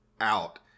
out